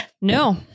No